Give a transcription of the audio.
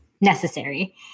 necessary